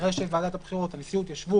אחרי שהנשיאות של ועדת הבחירות ישבו,